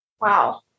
Wow